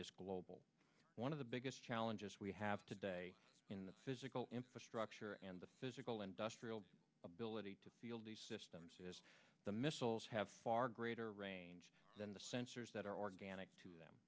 is global one of the biggest challenges we have today in the physical infrastructure and the physical industrial ability to field these systems is the missiles have far greater range than the sensors that are organic to them